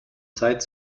zeit